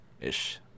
ish